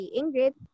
Ingrid